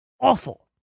Awful